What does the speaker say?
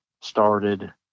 started